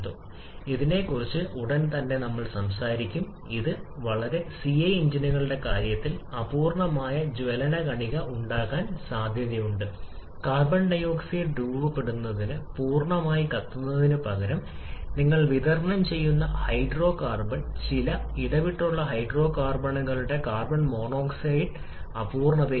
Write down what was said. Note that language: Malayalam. നിങ്ങൾ അതിനെക്കുറിച്ച് ചിന്തിക്കുകയാണെങ്കിൽ ഓട്ടോ സൈക്കിൾ കാര്യക്ഷമത കാര്യക്ഷമത അനുയോജ്യമായ താപ ദക്ഷതയായി പ്രവചിക്കപ്പെടുന്നുവെന്ന് നമുക്കറിയാം ഒരു ഓട്ടോ സൈക്കിൾ ഇതാണ് കംപ്രഷൻ അനുപാതം സ്ഥാനത്തെ ആശ്രയിച്ചിരിക്കുന്നതിനാൽ ഇപ്പോൾ ഈ r ഇവിടെ ഒരു ഡിസൈൻ പാരാമീറ്ററാണ് ടോപ്പ് ഡെഡ് സെന്റർ ചുവടെയുള്ള ഡെഡ് സെന്റർ